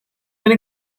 been